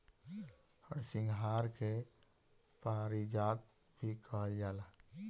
हरसिंगार के पारिजात भी कहल जाला